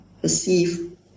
perceive –